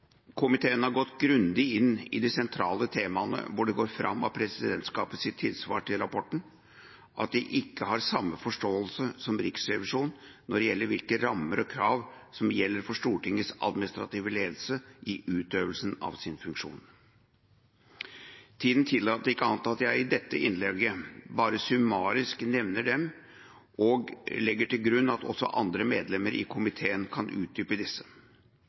Komiteen har gått grundig inn i de sentrale temaene, hvor det går fram av presidentskapets tilsvar til rapporten at de ikke har samme forståelse som Riksrevisjonen når det gjelder hvilke rammer og krav som gjelder for Stortingets administrative ledelse i utøvelsen av sin funksjon. Tiden tillater ikke annet enn at jeg i dette innlegget bare summarisk nevner dem, og legger til grunn at også andre medlemmer i komiteen kan utdype disse.